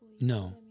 No